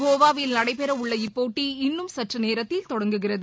கோவாவில் நடைபெறவுள்ள இப்போட்டி இன்றும் சற்றுநேரத்தில் தொடங்குகிறது